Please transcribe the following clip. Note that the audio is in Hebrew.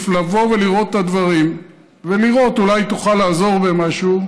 לבוא ולראות את הדברים ולראות אולי היא תוכל לעזור במשהו,